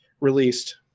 released